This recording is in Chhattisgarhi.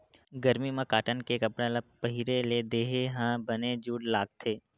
गरमी म कॉटन के कपड़ा ल पहिरे ले देहे ह बने जूड़ लागथे